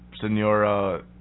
Senora